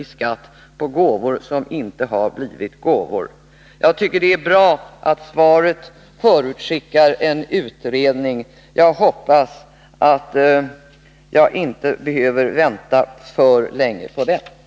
i skatt på gåvor som inte har blivit gåvor. Jag tycker det är bra att svaret förutskickar en utredning. Jag hoppas att jag inte behöver vänta för länge på denna.